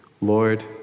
Lord